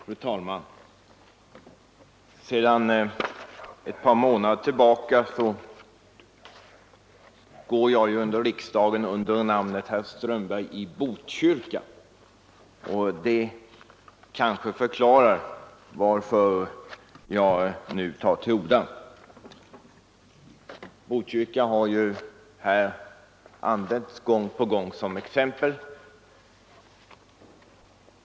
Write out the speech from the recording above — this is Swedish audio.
Fru talman! Sedan några månader går jag i riksdagen under namnet herr Strömberg i Botkyrka, och det kanske förklarar varför jag nu tar till orda. Botkyrka har ju här gång på gång använts som exempel.